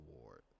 Award